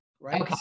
right